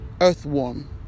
earthworm